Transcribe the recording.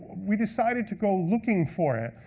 we decided to go looking for it.